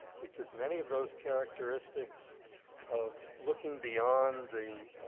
because many of those characteristics of looking beyond the